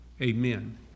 amen